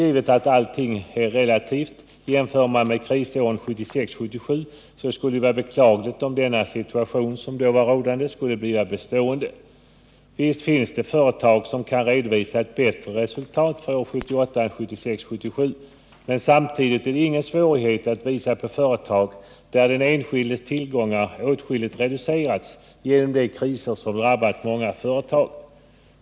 Allt är visserligen relativt — det skulle givetvis vara beklagligt om den situation som rådde under krisåren 1976 och 1977 skulle bli bestående, och det är också sant att det finns företag som kan uppvisa ett bättre resultat för 1978 än för 1976 och 1977 men samtidigt är det ingen svårighet att visa på många företag där den enskildes tillgångar åtskilligt reducerats genom de kriser som förekommit.